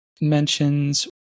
Mentions